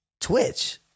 twitch